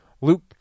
Luke